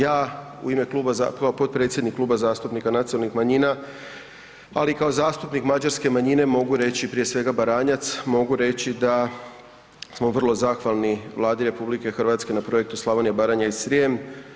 Ja kao potpredsjednik Kluba zastupnika nacionalnih manjina, ali i kao zastupnik mađarske manjine mogu reći prije svega Baranjac mogu reći da smo vrlo zahvalni Vladi RH na projektu „Slavonija, Baranja i Srijem“